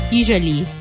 usually